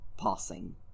passing